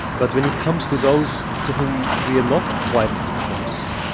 but when it comes to those to whom we are not quite as close,